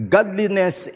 Godliness